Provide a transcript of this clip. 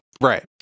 Right